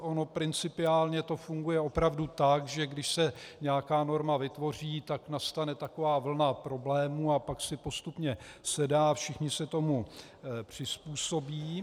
Ono principiálně to funguje opravdu tak, že když se nějaká norma vytvoří, tak nastane taková vlna problémů a pak si postupně sedá, všichni se tomu přizpůsobí.